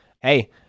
Hey